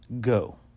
Go